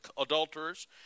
adulterers